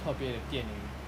特别的电影